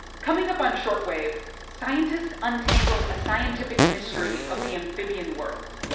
coming up on short wave, scientists untangle a scientific mystery of the amphibian world,